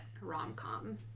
rom-com